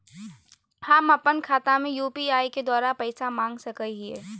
हम अपन खाता में यू.पी.आई के द्वारा पैसा मांग सकई हई?